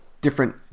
different